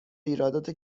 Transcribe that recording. ایرادات